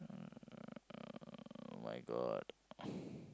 uh [oh]-my-god